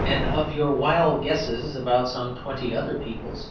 and of your wild guesses about some twenty other peoples,